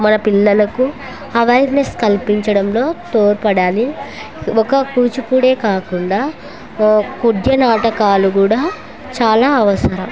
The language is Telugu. మన పిల్లలకు అవేర్నెస్ కల్పించడంలో తోడ్పడాలి ఒక కూచిపూడే కాకుండా కొద్య నాటకాలు కూడా చాలా అవసరం